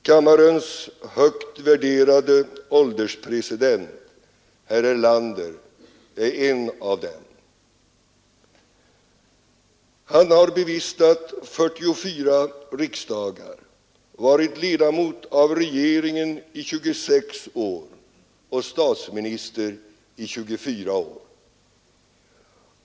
Kammarens högt värderade ålderspresident, herr Erlander, är en av dem. Han har bevistat 44 riksdagar, varit ledamot av regeringen i 26 år och statsminister i 24 år.